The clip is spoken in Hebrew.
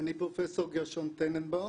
אני פרופ' גרשון טננבאום.